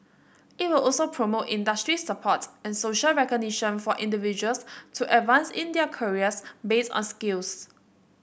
it will also promote industry support and social recognition for individuals to advance in their careers based on skills